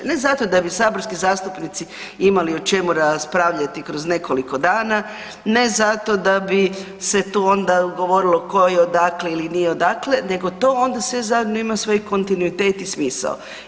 Ne zato da bi saborski zastupnici imali o čemu raspravljati kroz nekoliko dana, ne zato da bi se tu onda govorilo tko je odakle ili nije odakle nego to onda sve zajedno ima svoj kontinuitet i smisao.